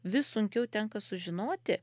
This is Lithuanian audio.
vis sunkiau tenka sužinoti